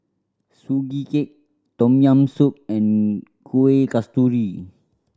Sugee Cake Tom Yam Soup and Kuih Kasturi